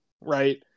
right